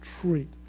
treat